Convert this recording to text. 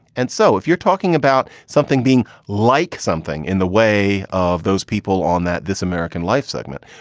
and so if you're talking about something being like something in the way of those people on that this american life segment,